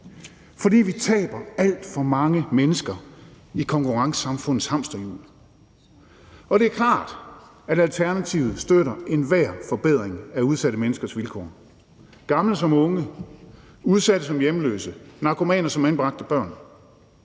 fordi vi taber alt for mange mennesker i konkurrencesamfundets hamsterhjul. Det er klart, at Alternativet støtter enhver forbedring af udsatte menneskers vilkår, gamle som unge, udsatte som hjemløse, narkomaner som anbragte børn,